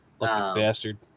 bastard